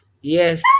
Yes